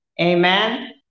Amen